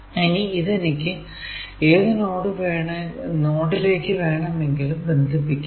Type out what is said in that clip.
ഇനി ഇതെനിക്ക് ഏതു നോഡിലേക്കു വേണമെങ്കിലും ബന്ധിപ്പിക്കാം